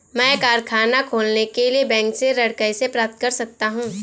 मैं कारखाना खोलने के लिए बैंक से ऋण कैसे प्राप्त कर सकता हूँ?